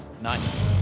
nice